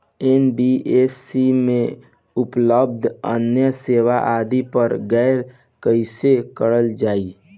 NBFC में उपलब्ध अन्य सेवा आदि पर गौर कइसे करल जाइ?